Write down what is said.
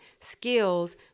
skills